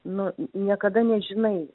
nu niekada nežinai